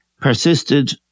persisted